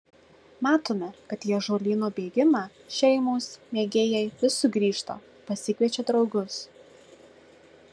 matome kad į ąžuolyno bėgimą šeimos mėgėjai vis sugrįžta pasikviečia draugus